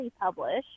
published